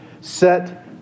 set